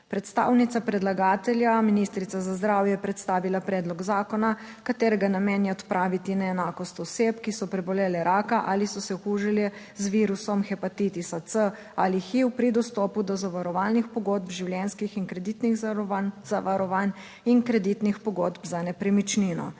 Predstavnica predlagatelja, ministrica za zdravje, je predstavila predlog zakona, katerega namen je odpraviti neenakost oseb, ki so prebolele raka ali so se okužili z virusom hepatitisa C ali HIV pri dostopu do zavarovalnih pogodb, življenjskih in kreditnih zavarovanj in kreditnih pogodb za nepremičnino.